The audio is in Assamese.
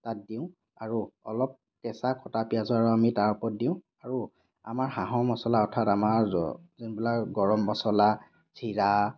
তাত দিওঁ আৰু অলপ কেঁচা কটা পিঁয়াজো আৰু আমি তাৰ ওপৰত দিওঁ আৰু আমাৰ হাঁহৰ মছলা অৰ্থাৎ আমাৰ যোনবিলাক গৰম মছলা জিৰা